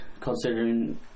considering